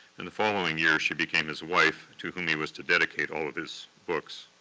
and the following year she became his wife, to whom he was to dedicate all of his books.